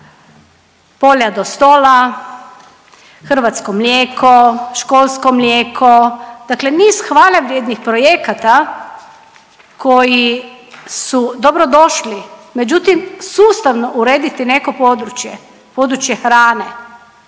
polja do stola“, „hrvatsko mlijeko“, „školsko mlijeko“, dakle niz hvale vrijednih projekata koji su dobrodošli, međutim sustavno urediti neko područje, područje hrane